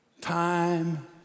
time